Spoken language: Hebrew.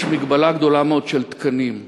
יש מגבלה גדולה מאוד של תקנים.